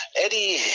Eddie